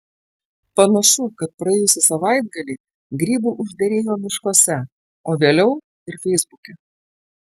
panašu kad praėjusį savaitgalį grybų užderėjo miškuose o vėliau ir feisbuke